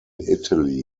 italy